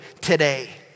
today